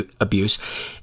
abuse